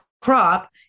crop